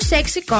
Sexy